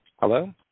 Hello